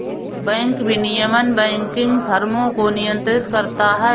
bank विनियमन banking फ़र्मों को नियंत्रित करता है